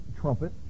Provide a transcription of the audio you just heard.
trumpet